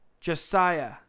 Josiah